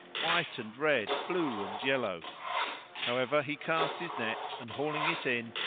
white and red, blue and yellow however he cast his net and, hauling it in,